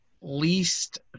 least